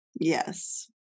Yes